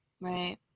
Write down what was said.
right